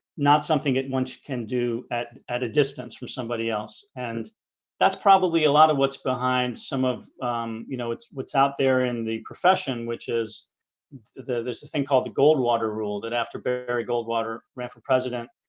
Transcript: not something at once you can do at at a distance for somebody else and that's probably a lot of what's behind some of you know, it's what's out there in the profession which is there's a thing called the goldwater rule that after but arey goldwater ran for president.